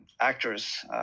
actors